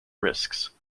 risks